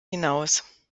hinaus